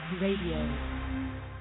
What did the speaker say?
Radio